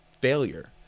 failure